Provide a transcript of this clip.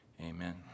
Amen